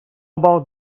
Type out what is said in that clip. about